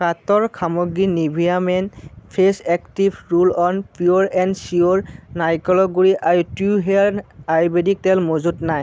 কাৰ্ট'ৰ সামগ্ৰী Nivea men fresh active roll on pure and sure নাৰিকলৰ গুড়ি আৰু ট্ৰু হেয়াৰ আয়ুৰ্বেদিক তেল মজুত নাই